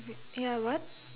ya what